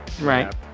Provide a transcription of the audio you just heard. right